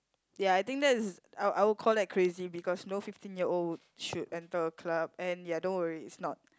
ya I think that's I'll I'll call that crazy because no fifteen year old would should enter a club and ya don't worry it's not